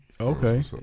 Okay